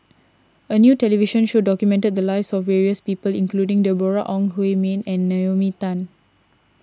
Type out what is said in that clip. a new television show documented the lives of various people including Deborah Ong Hui Min and Naomi Tan